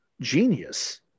genius